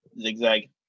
zigzag